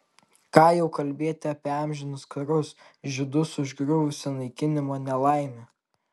ką jau kalbėti apie amžinus karus žydus užgriuvusią naikinimo nelaimę